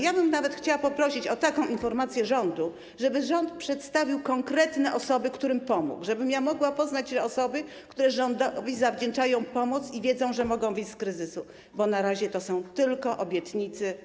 Ja bym nawet chciała poprosić o taką informację rządu, o to, żeby rząd przedstawił konkretne osoby, którym pomógł, żebym mogła poznać osoby, które rządowi zawdzięczają pomoc i wiedzą, że mogą wyjść z kryzysu, bo na razie to są tylko obietnice.